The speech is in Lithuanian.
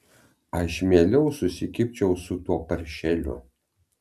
aš mieliau susikibčiau su tuo paršeliu